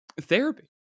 therapy